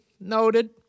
Noted